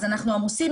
אז אנחנו עמוסים,